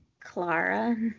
Clara